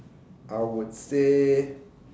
I would say